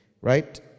right